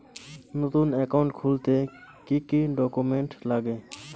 নতুন একাউন্ট খুলতে কি কি ডকুমেন্ট লাগে?